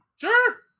Sure